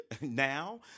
now